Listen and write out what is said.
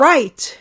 Right